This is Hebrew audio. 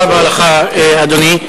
תודה רבה לך, אדוני.